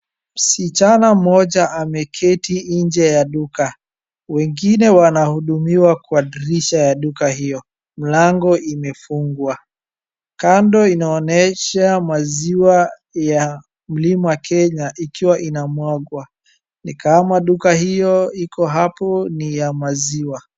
Msichana mmoja ameketi nje ya duka. Wengine wanahudumiwa kwa dirisha ya duka hio. Mlango imefungwa. Kando inaonyesha maziwa ya mlima Kenya ikiwa inamwagwa. Ni kama duka hio iko hapo ni ya maziwa.